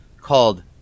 called